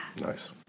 Nice